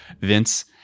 Vince